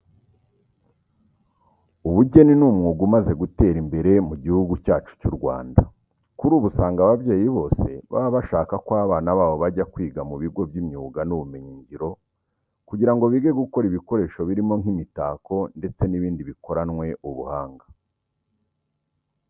Ubugeni ni umwuga umaze gutera imbere mu gihugu cyacu cy'u Rwanda. Kuri ubu usanga ababyeyi bose baba bashaka ko abana babo bajya kwiga mu bigo by'imyuga n'ubumenyingiro kugira ngo bige gukora ibikoresho birimo nk'imitako ndetse n'ibindi bikoranwe ubuhanga.